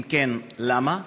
2. אם כן, למה?